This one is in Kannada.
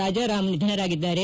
ರಾಜಾರಾಮ್ ನಿಧನರಾಗಿದ್ದಾರೆ